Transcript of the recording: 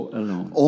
alone